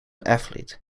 athlete